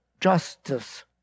justice